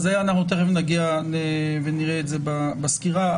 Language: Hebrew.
תיכף נגיע ונראה את זה בסקירה.